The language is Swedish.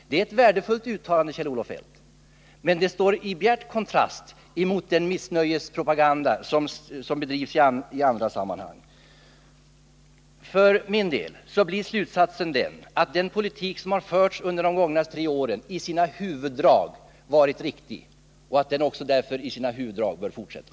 Det är ett värdefullt uttalande, Kjell-Olof Feldt, men det står i bjärt kontrast mot den missnöjespropaganda som bedrivs i andra sammanhang. För min del blir slutsatsen att den politik som har förts under de gångna tre åren i sina huvuddrag varit riktig. Den bör därför i sina huvuddrag också fortsätta.